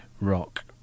rock